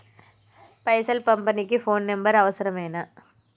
పైసలు పంపనీకి phone number అవసరమేనా?